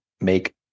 make